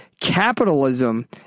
capitalism